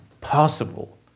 possible